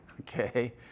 Okay